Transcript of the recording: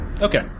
Okay